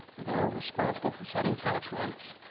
they're responsible for setting tax rates,